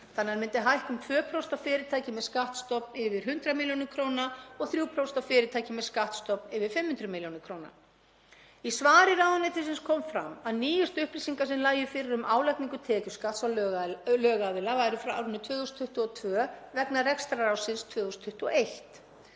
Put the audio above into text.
þannig að hann myndi hækka um 2% á fyrirtæki með skattstofn yfir 100 millj. kr. og 3% á fyrirtæki með skattstofn yfir 500 millj. kr. Í svari ráðuneytisins kom fram að nýjustu upplýsingar sem lægju fyrir um álagningu tekjuskatts á lögaðila væru frá árinu 2022 vegna rekstrarársins 2021